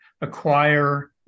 acquire